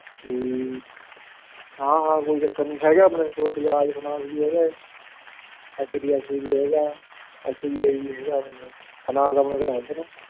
ਠੀਕ ਹਾਂ ਹਾਂ ਕੋਈ ਚੱਕਰ ਨਹੀਂ ਹੈਗਾ ਆਪਣੇ ਕੋਲ ਬਜਾਜ ਫਾਨਾਂਸ ਵੀ ਹੈਗਾ ਏ ਐਚ ਡੀ ਐਫ ਸੀ ਵੀ ਹੈਗਾ ਐਸ ਬੀ ਆਈ ਵੀ ਹੈਗਾ ਆਪਣੇ ਕੋਲ ਫਾਨਾਂਸ ਆਪਣੇ ਕੋਲ ਹੈਗੇ ਨੇ